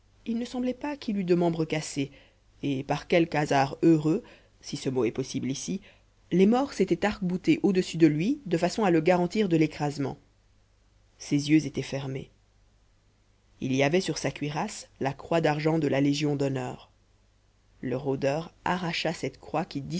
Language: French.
il ne semblait pas qu'il eût de membre cassé et par quelque hasard heureux si ce mot est possible ici les morts s'étaient arc-boutés au-dessus de lui de façon à le garantir de l'écrasement ses yeux étaient fermés il avait sur sa cuirasse la croix d'argent de la légion d'honneur le rôdeur arracha cette croix qui